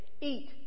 eat